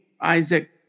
Isaac